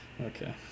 Okay